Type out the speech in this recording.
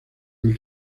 del